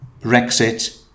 Brexit